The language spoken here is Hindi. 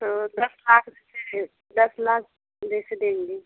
तो दस लाख जैसे दस लाख जैसे देंगे